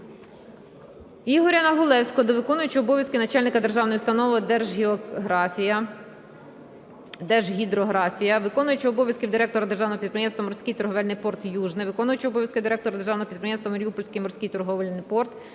Ігоря Негулевського до виконуючого обов'язки начальника державної установи "Держгідрографія", виконувача обов'язків директора державного підприємства "Морський торговельний порт "Южний", виконуючого обов'язки директора Державного підприємства "Маріупольський морський торговельний порт",